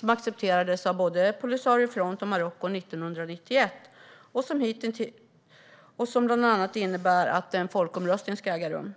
Den accepterades 1991 av både Polisario Front och Marocko och innebär bland annat att en folkomröstning ska äga rum.